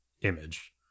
image